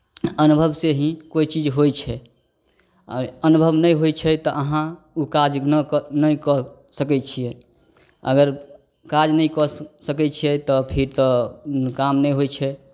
अनुभवसँ ही कोइ चीज होइ छै आओर अनुभव नहि होइ छै तऽ अहाँ ओ काज नऽ कऽ नहि कऽ सकै छियै अगर काज नहि कऽ सकै छियै तऽ फेर तऽ काम नहि होइ छै